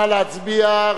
נא להצביע,